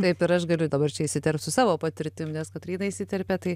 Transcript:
taip ir aš galiu dabar čia įsiterpt su savo patirtim nes kotryna įsiterpė tai